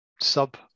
sub